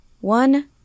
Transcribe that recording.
One